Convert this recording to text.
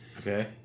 Okay